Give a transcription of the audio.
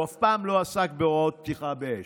הוא אף פעם לא עסק בהוראות פתיחה באש.